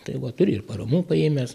tai va turi ir paramų paėmęs